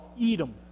Edom